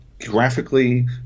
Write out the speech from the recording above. graphically